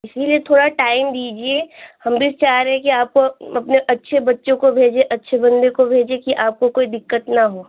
इसीलिए थोड़ा टाइम दीजिए हम भी चाह रहें कि आप अपने अच्छे बच्चों को भेजें अच्छे बंदे को भेजें कि आपको कोई दिक़्क़त ना हो